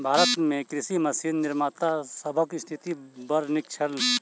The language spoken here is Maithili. भारत मे कृषि मशीन निर्माता सभक स्थिति बड़ नीक छैन